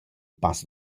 pass